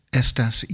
estas